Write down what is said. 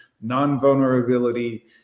non-vulnerability